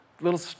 little